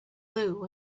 blue